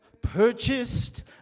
Purchased